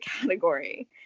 category